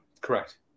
Correct